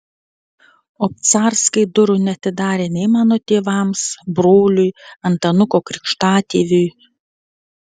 obcarskai durų neatidarė nei mano tėvams broliui antanuko krikštatėviui